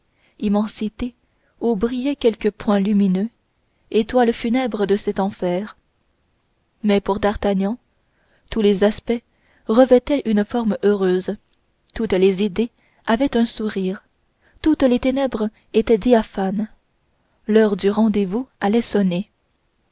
immensité où brillaient quelques points lumineux étoiles funèbres de cet enfer mais pour d'artagnan tous les aspects revêtaient une forme heureuse toutes les idées avaient un sourire toutes les ténèbres étaient diaphanes l'heure du rendez-vous allait sonner